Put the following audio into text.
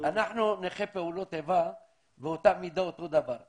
אנחנו נכי פעולות איבה באותה מידה, אותו דבר.